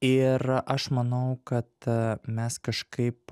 ir aš manau kad mes kažkaip